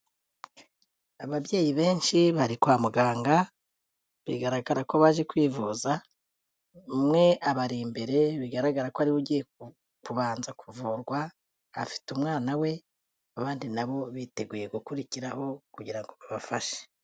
Ababyeyi benshi bari kwa muganga, bigaragara ko baje kwivuza, umwe abari imbere bigaragara ko ariwe ugiye kubanza kuvurwa, afite umwana we, abandi na bo biteguye gukurikiraho kugira ngo babafashe.